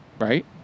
right